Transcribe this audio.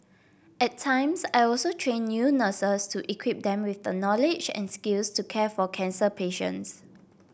at times I also train new nurses to equip them with the knowledge and skills to care for cancer patients